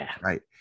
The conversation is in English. right